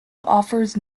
offers